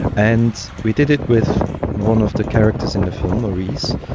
and we did it with one of the characters in the film, maurice,